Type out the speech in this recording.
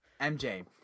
mj